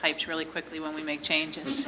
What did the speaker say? types really quickly when we make changes